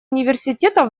университета